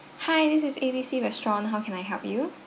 hi this is A B C restaurant how can I help you